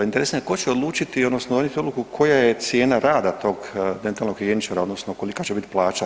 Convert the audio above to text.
Interesira me tko će odlučiti odnosno donijeti odluku koja je cijena rada tog dentalnog higijeničara odnosno kolika će biti plaća?